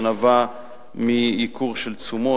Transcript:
שנבע מייקור של תשומות,